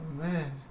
Man